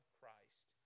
Christ